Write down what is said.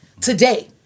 today